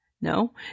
no